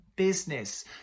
business